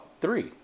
three